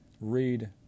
read